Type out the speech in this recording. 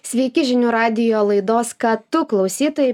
sveiki žinių radijo laidos ką tu klausytojai